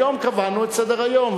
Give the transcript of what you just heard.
היום קבענו את סדר-היום,